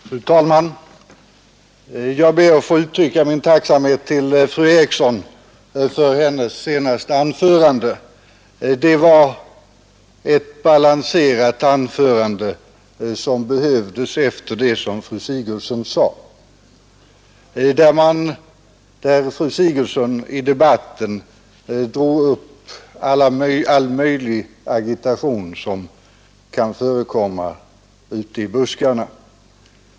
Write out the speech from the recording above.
Fru talman! Jag ber att få uttrycka min tacksamhet till fru Eriksson i Stockholm för hennes senaste anförande. Det var ett balanserat anförande, som väl behövdes efter fru Sigurdsens inlägg. Fru Sigurdsen drog i debatten in all möjlig agitation som kan förekomma ute i buskarna.